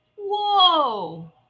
whoa